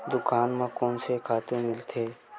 दुकान म कोन से खातु मिलथे?